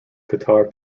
guitar